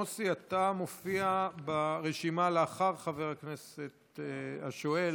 לא, מוסי, אתה מופיע ברשימה לאחר חבר הכנסת השואל.